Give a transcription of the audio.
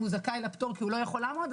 הוא זכאי לפטור כי הוא לא יכול לעמוד,